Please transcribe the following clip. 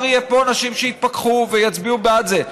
יהיו פה אנשים שיתפכחו ויצביעו בעד זה.